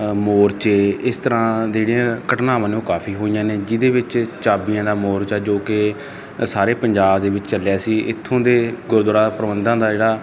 ਮੋਰਚੇ ਇਸ ਤਰ੍ਹਾਂ ਦੀ ਜਿਹੜੀਆਂ ਘਟਨਾਵਾਂ ਨੇ ਉਹ ਕਾਫ਼ੀ ਹੋਈਆਂ ਨੇ ਜਿਹਦੇ ਵਿੱਚ ਚਾਬੀਆਂ ਦਾ ਮੋਰਚਾ ਜੋ ਕਿ ਸਾਰੇ ਪੰਜਾਬ ਦੇ ਵਿੱਚ ਚੱਲਿਆ ਸੀ ਇੱਥੋਂ ਦੇ ਗੁਰਦੁਆਰਾ ਪ੍ਰਬੰਧਾਂ ਦਾ ਜਿਹੜਾ